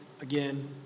Again